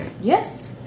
Yes